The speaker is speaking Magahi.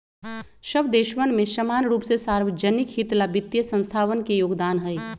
सब देशवन में समान रूप से सार्वज्निक हित ला वित्तीय संस्थावन के योगदान हई